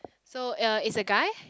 so uh is a guy